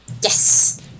Yes